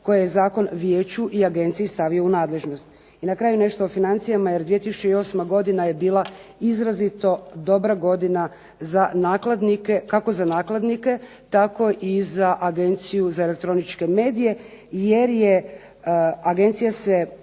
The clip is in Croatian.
koje je zakon Vijeću i Agenciji stavio u nadležnost. I na kraju nešto o financijama jer 2008. godina je bila izrazito dobra godina za nakladnike, kako za nakladnike tako i za Agenciju za elektroničke medije jer Agencija se